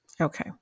Okay